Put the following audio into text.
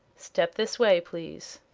step this way, please.